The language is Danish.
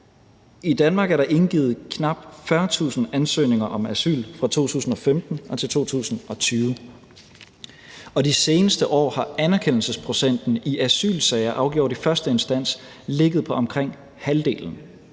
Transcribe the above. I Danmark er der indgivet knap 40.000 ansøgninger om asyl fra 2015 til 2020, og de seneste år har anerkendelsesprocenten i asylsager afgjort i første instans ligget på omkring halvdelen.